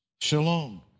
shalom